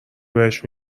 بهش